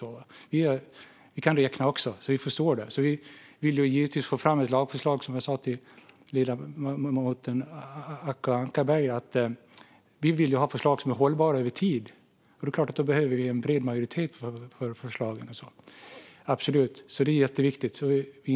Som jag sa till ledamoten Acko Ankarberg vill vi givetvis få fram lagförslag som är hållbara över tid, och det är klart att då behöver vi en bred majoritet för förslagen - absolut. Det är jätteviktigt.